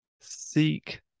seek